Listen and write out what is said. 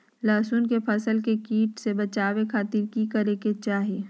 लहसुन के फसल के कीट से बचावे खातिर की करे के चाही?